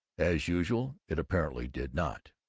as usual it apparently did not.